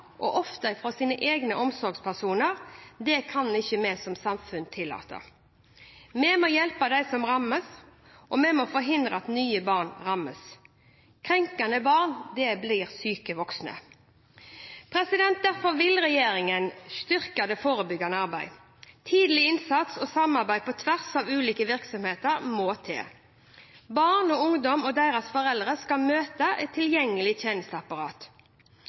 og ofte fra sine egne omsorgspersoner, kan vi som samfunn ikke tillate. Vi må hjelpe dem som rammes, og vi må forhindre at nye barn rammes. Krenkede barn blir syke voksne. Derfor vil regjeringen styrke det forebyggende arbeidet. Tidlig innsats og samarbeid på tvers av ulike virksomheter må til. Barn, ungdom og deres foreldre skal møte et tilgjengelig tjenesteapparat